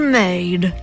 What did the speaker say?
made